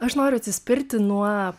aš noriu atsispirti nuo